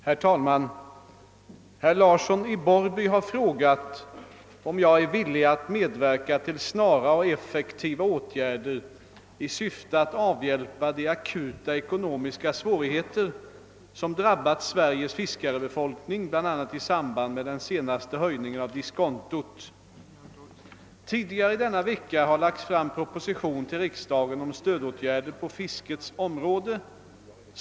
Herr talman! Herr Larsson i Borrby har frågat om jag är villig att medverka till snara och effektiva åtgärder i syfte att avhjälpa de akuta ekonomiska svårigheter som drabbat Sveriges fiskarbefolkning bl.a. i samband med den senaste höjningen av diskontot. Tidigare i denna vecka har lagts fram proposition till riksdagen om stöd åtgärder på fiskets område.